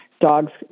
dogs